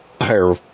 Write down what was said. higher